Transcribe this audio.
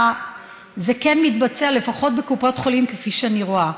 זה כן מתבצע, לפחות בקופות חולים, כפי שאני רואה.